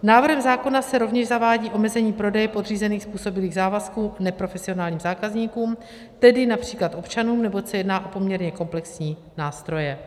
Návrhem zákona se rovněž zavádí omezení prodeje podřízených způsobilých závazků neprofesionálním zákazníkům, tedy například občanům, neboť se jedná o poměrně komplexní nástroje.